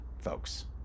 folks